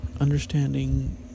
understanding